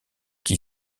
qui